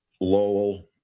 Lowell